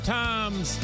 times